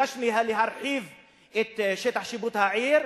וביקשתי להרחיב את שטח שיפוט העיר,